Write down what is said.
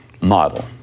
model